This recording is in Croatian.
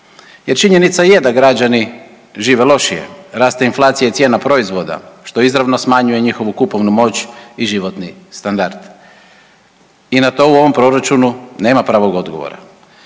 jer činjenica je da građani žive lošije, raste inflacija cijena proizvoda što izravno smanjuje njihovu kupovnu moć i životni standard i na to u ovom proračunu nema pravog odgovora.